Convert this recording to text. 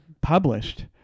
published